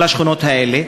ובכל השכונות האלה.